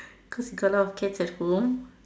cause got a lot of cats at home